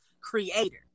creator